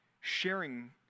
sharing